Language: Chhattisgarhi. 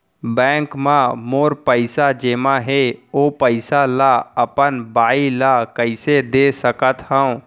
बैंक म मोर पइसा जेमा हे, ओ पइसा ला अपन बाई ला कइसे दे सकत हव?